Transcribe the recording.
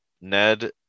Ned